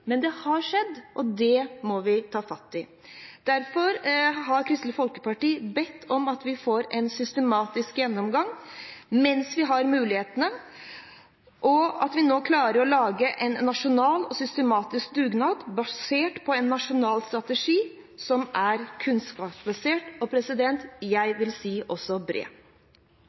men det har skjedd, og det må vi ta fatt i. Derfor har Kristelig Folkeparti bedt om at vi får en systematisk gjennomgang mens vi har muligheten, og at vi klarer å lage en nasjonal og systematisk dugnad basert på en nasjonal strategi som er kunnskapsbasert og bred.